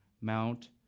Mount